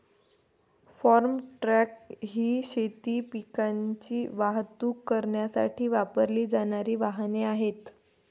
form truck ही शेती पिकांची वाहतूक करण्यासाठी वापरली जाणारी वाहने आहेत